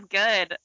good